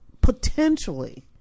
potentially